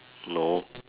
no